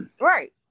right